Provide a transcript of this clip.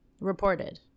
Reported